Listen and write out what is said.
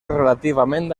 relativament